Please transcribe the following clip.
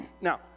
Now